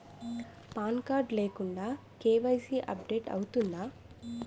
Pan card లేకుండా KYC update అవుతుందా?